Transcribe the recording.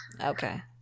Okay